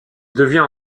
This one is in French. devient